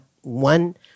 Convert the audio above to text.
one